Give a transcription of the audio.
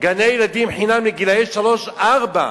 גני-ילדים חינם לגילאי שלוש-ארבע.